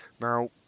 Now